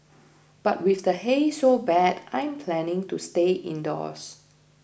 but with the haze so bad I'm planning to stay indoors